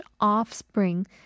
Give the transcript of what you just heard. offspring